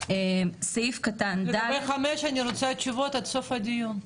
לגבי סעיף 5, אני רוצה תשובות עד סוף הדיון.